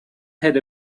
had